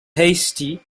hasty